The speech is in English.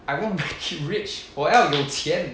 I want make it rich 我要有钱